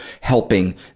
helping